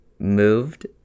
moved